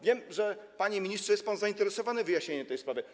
Wiem, panie ministrze, że jest pan zainteresowany wyjaśnieniem tej sprawy.